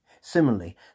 Similarly